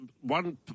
one